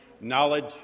knowledge